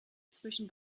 zwischen